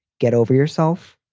get over yourself,